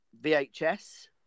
VHS